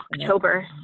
October